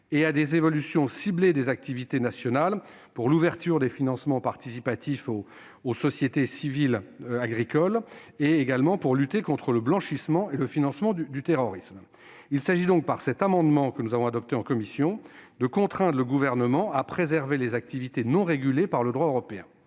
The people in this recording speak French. et à des évolutions ciblées des activités nationales pour l'ouverture des financements participatifs aux sociétés civiles agricoles, mais également pour lutter contre le blanchiment et le financement du terrorisme. Il s'agit, par cet amendement, de contraindre le Gouvernement à préserver les activités non régulées par le droit européen.